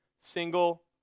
single